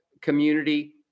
community